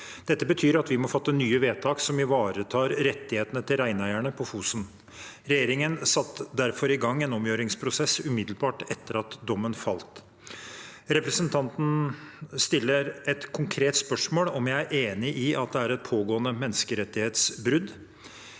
Dette betyr at vi må fatte nye vedtak som ivaretar rettighetene til reineierne på Fosen. Regjeringen satte derfor i gang en omgjøringsprosess umiddelbart etter at dommen falt. Representanten stiller konkret spørsmål om jeg er enig i at det er et pågående menneskerettighetsbrudd.